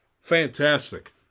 Fantastic